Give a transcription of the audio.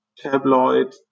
Tabloid